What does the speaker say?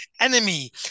enemy